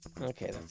Okay